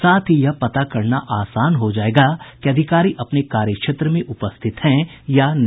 साथ ही यह पता करना आसान हो जायेगा कि अधिकारी अपने कार्य क्षेत्र में उपस्थित हैं या नहीं